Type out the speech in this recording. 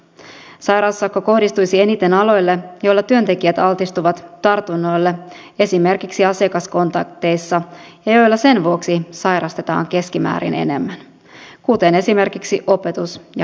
sairaussakko kohdistuisi eniten aloille joilla työntekijät altistuvat tartunnoille esimerkiksi asiakaskontakteissa ja joilla sen vuoksi sairastetaan keskimäärin enemmän kuten esimerkiksi opetus ja hoitoalalla